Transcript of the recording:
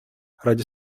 ради